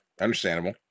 Understandable